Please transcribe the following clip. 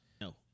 No